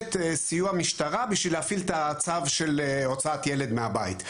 מבקשת סיוע משטרה בשביל להפעיל את הצו של הוצאת ילד מהבית: